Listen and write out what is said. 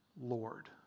Lord